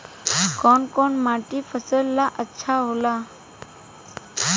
कौन कौनमाटी फसल ला अच्छा होला?